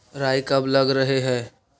राई कब लग रहे है?